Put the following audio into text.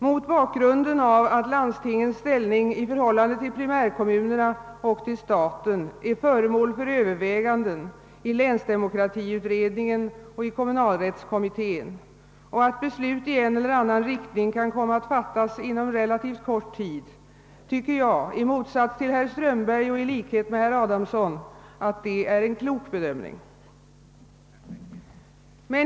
Mot bakgrunden av att landstingens ställning i förhållande till primärkommunerna och till staten är föremål för överväganden i länsdemokratiutredningen och i kommunalrättskommittén och att beslut i en eller annan riktning kan komma att fattas inom en relativt kort tid, tycker jag — i motsats till herr Strömberg och i likhet med herr Adamsson — att detta är en klok bedömning.